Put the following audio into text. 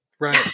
right